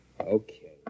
Okay